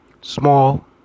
small